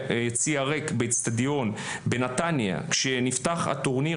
יציע ריק באצטדיון בנתניה כשנפתח טורניר